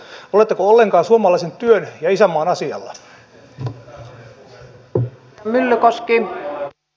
oletteko ollenkaan suomalaisen työn ja isänmaan asialla